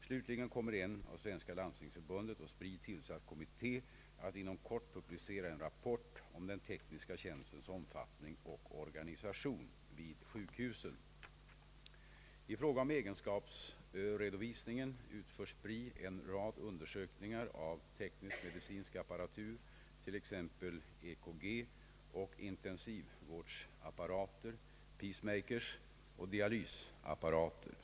Slutligen kommer en av Svenska landstingsförbundet och SPRI tillsatt kommitté att inom kort publicera en rapport om den tekniska tjänstens omfattning och organisation vid sjukhusen. I fråga om egenskapsredovisningen utför SPRI en rad undersökningar av teknisk-medicinsk apparatur, t.ex. EKG och intensivvårdsapparater, pacemakers och dialysapparater.